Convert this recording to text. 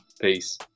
Peace